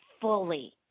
fully